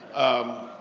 um,